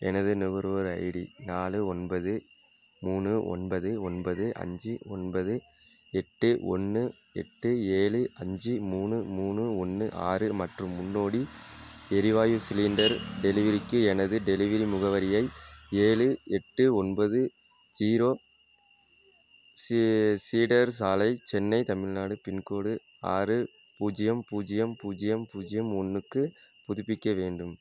எனது நுகர்வோர் ஐடி நாலு ஒன்பது மூணு ஒன்பது ஒன்பது அஞ்சு ஒன்பது எட்டு ஒன்று எட்டு ஏழு அஞ்சு மூணு மூணு ஒன்று ஆறு மற்றும் முன்னோடி எரிவாயு சிலிண்டர் டெலிவரிக்கு எனது டெலிவரி முகவரியை ஏழு எட்டு ஒன்பது ஜீரோ சீ சீடர் சாலை சென்னை தமிழ்நாடு பின்கோடு ஆறு பூஜ்ஜியம் பூஜ்ஜியம் பூஜ்ஜியம் பூஜ்ஜியம் ஒன்றுக்கு புதுப்பிக்க வேண்டும்